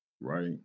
right